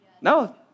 No